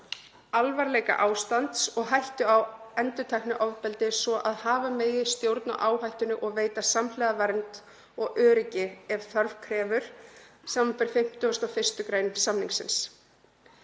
alvarleika ástands og hættu á endurteknu ofbeldi svo hafa megi stjórn á áhættunni og veita samhliða vernd og öryggi ef þörf krefur, sbr. 51. gr. samningsins.